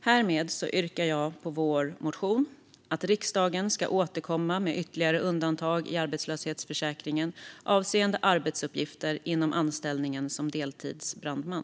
Härmed yrkar jag bifall till vår motion - att riksdagen ska återkomma med ytterligare undantag i arbetslöshetsförsäkringen avseende arbetsuppgifter inom anställningen som deltidsbrandman.